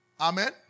Amen